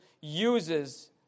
uses